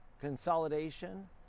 consolidation